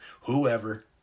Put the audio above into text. whoever